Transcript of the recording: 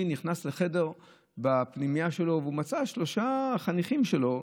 שנכנס לחדר בפנימייה שלו ומצא שלושה חניכים שלו,